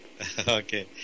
Okay